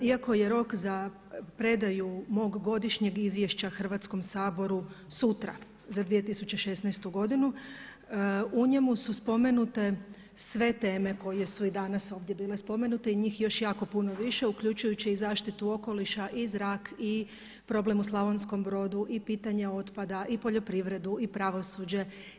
Iako je rok za predaju mog godišnjeg izvješća Hrvatskom saboru sutra za 2016. godinu u njemu su spomenute sve teme koje su i danas ovdje bile spomenute i njih još jako puno više uključujući i zaštitu okoliša i zrak i problem u Slavonskom Brodu i pitanje otpada i poljoprivredu i pravosuđe.